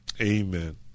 Amen